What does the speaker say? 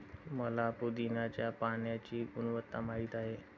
मला पुदीन्याच्या पाण्याची गुणवत्ता माहित आहे